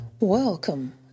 Welcome